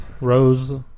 Rose